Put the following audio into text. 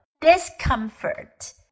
discomfort